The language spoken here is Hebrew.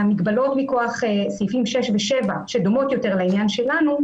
המגבלות מכוח סעיפים 6 ו-7 שדומות יותר לעניין שלנו,